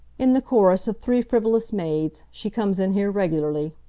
in the chorus of three frivolous maids she comes in here regularly.